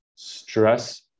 stress